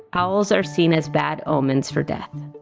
owls are seen as bad omens for death.